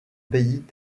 pays